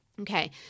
Okay